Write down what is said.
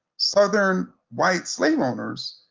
southern white slave owners,